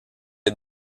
est